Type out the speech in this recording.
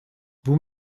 vous